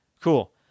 Cool